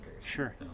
Sure